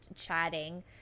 chatting